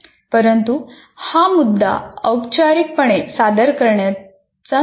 परंतु हा मुद्दा औपचारिकपणे सादर करण्याचा नाही